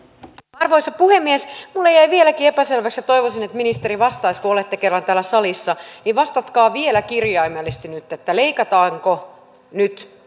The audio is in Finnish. arvoisa puhemies minulle jäi vieläkin epäselväksi ja toivoisin että ministeri vastaisi että kun olette kerran täällä salissa niin vastatkaa vielä kirjaimellisesti nyt leikataanko nyt